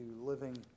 living